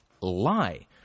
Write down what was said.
lie